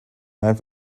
ein